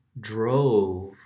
drove